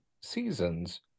seasons